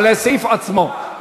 על הסעיף עצמו.